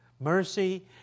Mercy